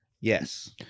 Yes